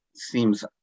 seems